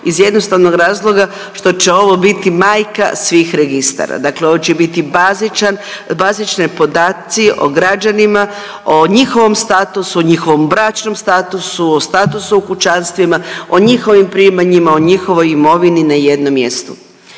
iz jednostavnog razloga što će ovo biti majka svih registara. Dakle ovo će biti bazičan, bazični podaci o građanima, o njihovom statusu, njihovom bračnom statusu, o statusu u kućanstvima, o njihovim primanjima, o njihovoj imovini na jednom mjestu.